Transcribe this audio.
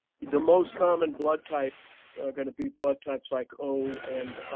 the most common blood type are going to be blood types like o and